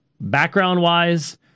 background-wise